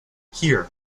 here